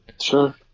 Sure